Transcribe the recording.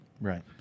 Right